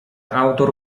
autor